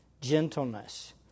gentleness